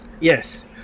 Yes